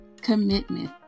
Commitment